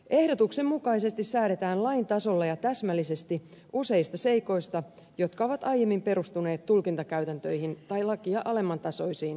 ehdotuksen mukaisesti säädetään lain tasolle ja täsmällisesti useista seikoista jotka ovat aiemmin perustuneet tulkintakäytäntöihin tai lakia alemmantasoisiin säädöksiin